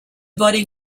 body